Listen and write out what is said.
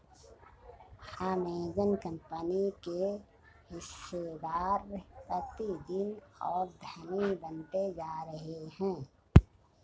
Amazon company के हिस्सेदार प्रतिदिन और धनी बनते जा रहे हैं